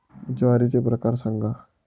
ज्वारीचे प्रकार सांगा